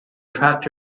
tracked